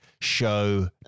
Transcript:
show